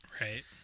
Right